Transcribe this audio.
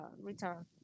return